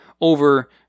over